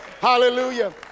Hallelujah